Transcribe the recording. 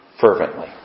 fervently